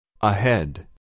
Ahead